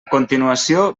continuació